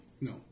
No